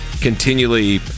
continually